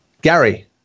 Gary